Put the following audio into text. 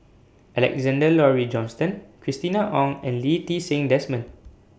Alexander Laurie Johnston Christina Ong and Lee Ti Seng Desmond